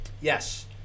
Yes